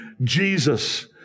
Jesus